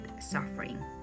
suffering